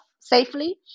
safely